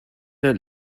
der